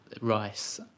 Rice